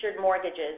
mortgages